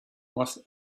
was